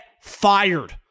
fired